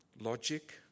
logic